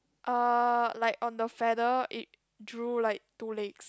uh like on the feather it drew like two legs